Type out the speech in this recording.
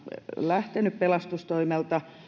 lähtenyt pelastustoimelta